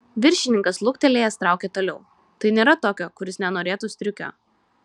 viršininkas luktelėjęs traukė toliau tai nėra tokio kuris nenorėtų striukio